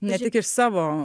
ne tik iš savo